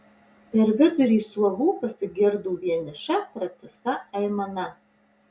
per vidurį suolų pasigirdo vieniša pratisa aimana